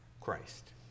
Christ